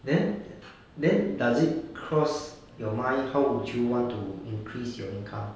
then then does it cross your mind how would you want to increase your income